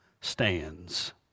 stands